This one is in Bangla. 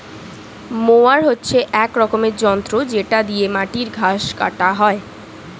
মোয়ার হচ্ছে এক রকমের যন্ত্র যেটা দিয়ে মাটির ঘাস কাটা হয়